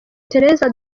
thérèse